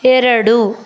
ಎರಡು